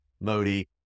Modi